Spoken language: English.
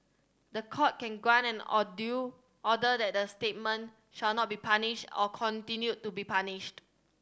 the Court can grant an order that the statement shall not be published or continue to be published